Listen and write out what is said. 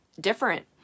different